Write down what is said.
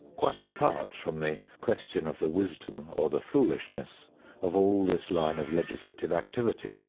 quite apart from the question of the wisdom or the foolishness of all this line of legislative activity,